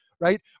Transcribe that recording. right